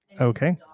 Okay